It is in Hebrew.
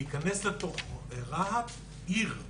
להיכנס לתוך רהט, עיר,